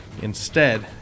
instead-